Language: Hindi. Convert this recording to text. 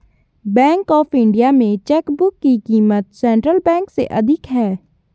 बैंक ऑफ इंडिया में चेकबुक की क़ीमत सेंट्रल बैंक से अधिक है